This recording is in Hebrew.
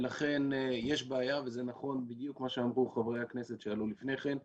ולכן יש בעיה וזה נכון מה שאמרו חברי הכנסת שעלו לפני כן.